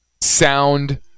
sound